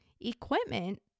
equipment